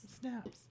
snaps